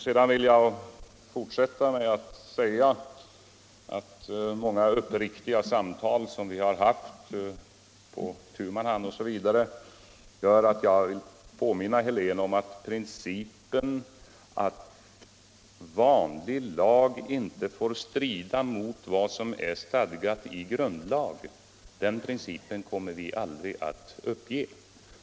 Sedan vill jag fortsätta med att säga att många uppriktiga samtal som vi har haft på tu man hand genom åren gör att jag vill påminna herr Helén om att principen att vanlig lag inte får strida mot vad som är stadgat i grundlag kommer vi aldrig att överge.